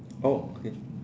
oh okay